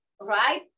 Right